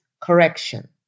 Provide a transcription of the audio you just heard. correction